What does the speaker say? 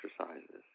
exercises